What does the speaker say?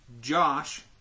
Josh